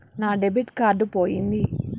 నా debit card పోయింది